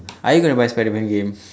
are you going to buy Spiderman game